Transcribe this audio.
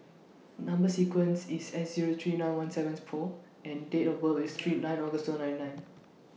Number sequence IS S Zero three nine one seventh four and Date of birth IS nine August two nine nine